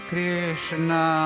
Krishna